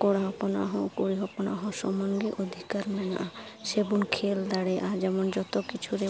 ᱠᱚᱲᱟ ᱦᱚᱯᱚᱱᱟᱜ ᱦᱚᱸ ᱠᱩᱲᱤ ᱦᱚᱯᱚᱱᱟᱜ ᱦᱚᱸ ᱥᱚᱢᱟᱱ ᱜᱮ ᱚᱫᱷᱤᱠᱟᱨ ᱢᱮᱱᱟᱜᱼᱟ ᱥᱮ ᱵᱚᱱ ᱠᱷᱮᱞ ᱫᱟᱲᱮᱭᱟᱜᱼᱟ ᱡᱚᱛᱚ ᱠᱤᱪᱷᱩ ᱨᱮ